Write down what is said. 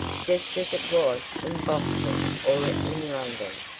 just as it was in boston or in london.